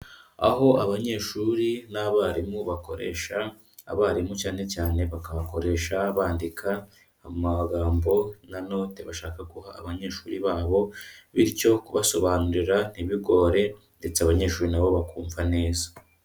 Aho abanyeshuri n'abarimu bakoresha, abarimu cyane cyane bakabakoresha bandika amagambo na note bashaka guha abanyeshuri babo bityo kubasobanurira ntibigore ndetse abanyeshuri na bo bakumva neza.